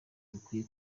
dukwiye